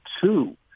two